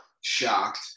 Shocked